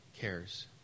cares